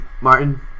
Martin